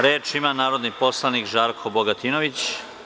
Reč ima narodni poslanik Žarko Bogatinović.